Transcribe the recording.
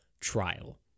trial